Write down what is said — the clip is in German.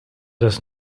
das